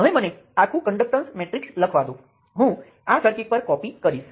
અને હવે આ મેશમાં 1 2 અને 6 4 6 અને 3 અને 2 5 અને 3 શાખાઓ હશે